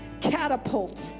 Catapult